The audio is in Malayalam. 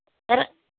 തരാം